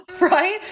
Right